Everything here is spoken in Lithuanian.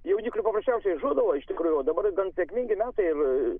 jauniklių paprasčiausiai žūdavo iš tikrųjų o dabar gan sėkmingi metai ir